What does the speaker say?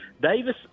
Davis